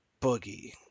Boogie